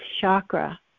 chakra